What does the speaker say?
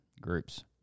groups